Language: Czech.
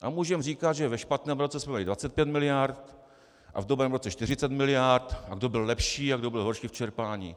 A můžeme říkat, že ve špatném roce jsme 25 mld. a v dobrém roce 40 mld. a kdo byl lepší a kdo byl horší v čerpání.